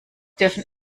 dürfen